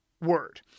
word